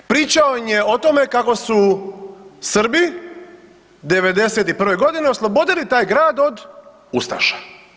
Pričao im je o tome kako su Srbi '91. g. oslobodili taj grad od ustaša.